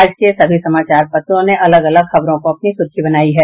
आज के सभी समाचार पत्रों ने अलग अलग खबरों को अपनी सुर्खी बनायी है